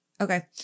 Okay